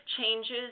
changes